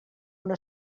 una